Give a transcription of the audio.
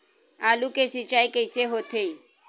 आलू के सिंचाई कइसे होथे?